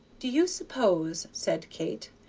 do you suppose, said kate,